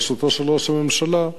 בראשותו של ראש הממשלה,